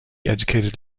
educated